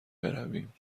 برویم